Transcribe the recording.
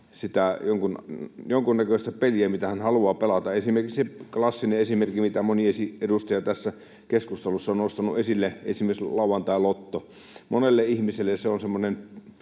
jonkunnäköistä peliä, mitä haluaa pelata. Klassinen esimerkki, mitä moni edustaja tässä keskustelussa on nostanut esille, on lauantailotto. Monelle ihmiselle se on semmoinen